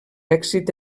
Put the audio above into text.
èxit